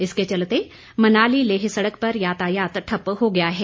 इसके चलते मनाली लेह सड़क पर यातायात ठप्प हो गया है